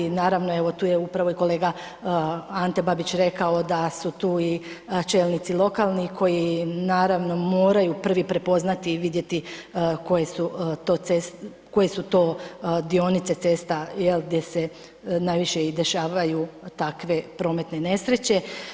Naravno evo tu je upravo i kolega Ante Babić rekao da su tu i čelnici lokalni koji naravno moraju prvi prepoznati i vidjeti koje su to ceste, koje su to dionice cesta jel gdje se najviše i dešavaju takve prometne nesreće.